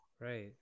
Right